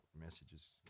messages